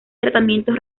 tratamientos